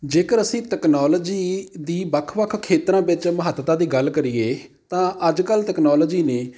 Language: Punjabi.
ਜੇਕਰ ਅਸੀਂ ਤਕਨਾਲੋਜੀ ਦੀ ਵੱਖ ਵੱਖ ਖੇਤਰਾਂ ਵਿੱਚ ਮਹੱਤਤਾ ਦੀ ਗੱਲ ਕਰੀਏ ਤਾਂ ਅੱਜ ਕੱਲ੍ਹ ਤਕਨਾਲੋਜੀ ਨੇ